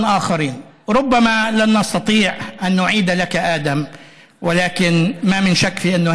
אותנו להגיש בשם הרשימה המשותפת את החוק הזה